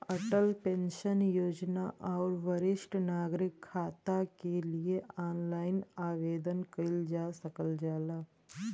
Atal pension योजना आउर वरिष्ठ नागरिक खाता के लिए ऑनलाइन आवेदन कइल जा सकल जाला